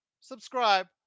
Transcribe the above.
subscribe